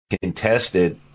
contested